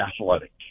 athletic